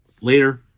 later